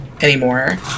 anymore